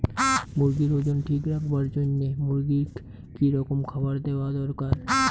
মুরগির ওজন ঠিক রাখবার জইন্যে মূর্গিক কি রকম খাবার দেওয়া দরকার?